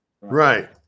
Right